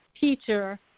teacher